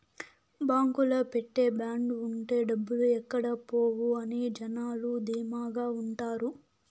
బాంకులో పెట్టే బాండ్ ఉంటే డబ్బులు ఎక్కడ పోవు అని జనాలు ధీమాగా ఉంటారు